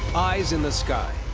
eyes in the sky,